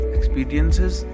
Experiences